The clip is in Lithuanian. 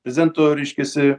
prezidento reiškiasi